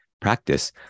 practice